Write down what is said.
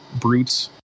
brutes